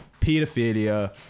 pedophilia